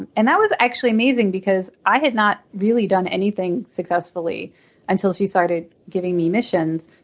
and and that was actually amazing because i had not really done anything successfully until she started giving me missions.